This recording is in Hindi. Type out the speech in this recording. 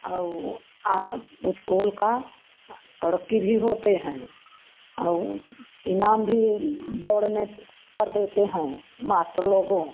और इस्कूल का तरक्की भी होते हैं और इनाम भी दौड़ने पर देते हैं मास्टर लोगों